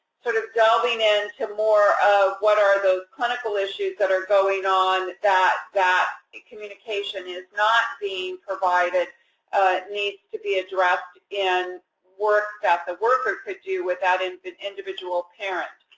sort of delving into more of what are those clinical issues that are going on, that that and communication is not being provided needs to be addressed in work that the worker could do, without an individual parent.